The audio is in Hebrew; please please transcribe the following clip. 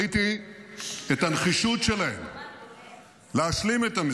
ראיתי סגן מפקד אוגדה שאומר לי: אני בן 44,